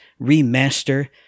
remaster